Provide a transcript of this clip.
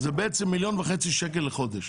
זה בעצם מיליון וחצי שקלים לחודש.